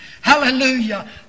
Hallelujah